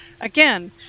Again